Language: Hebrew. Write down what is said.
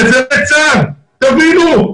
תבינו.